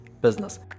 business